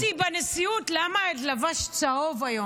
שאלו אותי בנשיאות: למה לבשת צהוב היום?